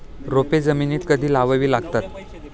रोपे जमिनीत कधी लावावी लागतात?